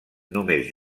només